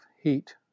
heat